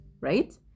right